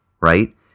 right